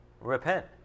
Repent